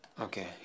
Okay